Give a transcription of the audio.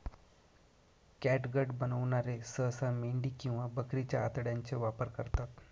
catgut बनवणारे सहसा मेंढी किंवा बकरीच्या आतड्यांचा वापर करतात